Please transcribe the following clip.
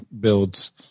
builds